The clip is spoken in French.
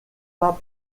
pas